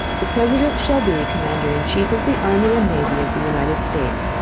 the president shall be commander in chief of the army and navy of the united states,